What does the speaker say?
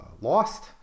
lost